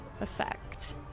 effect